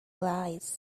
lies